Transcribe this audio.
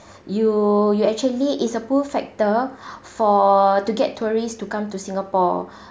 you you actually is a pull factor for to get tourists to come to singapore